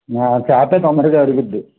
చేప తొందరగా అరిగిద్ది